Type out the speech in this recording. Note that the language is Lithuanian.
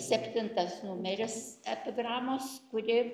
septintas numeris epigramos kuri